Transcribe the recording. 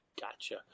Gotcha